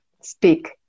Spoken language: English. speak